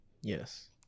Yes